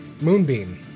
Moonbeam